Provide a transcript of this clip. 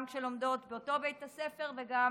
גם שלומדות באותו בית הספר וגם